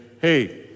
hey